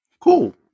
Cool